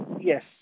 Yes